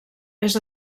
més